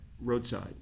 Roadside